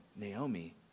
Naomi